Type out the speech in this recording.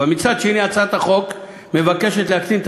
אבל מצד שני הצעת החוק מבקשת להקטין את